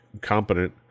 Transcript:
competent